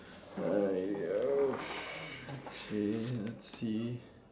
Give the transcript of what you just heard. !aiyo! okay let's see